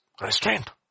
restraint